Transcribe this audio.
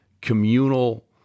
communal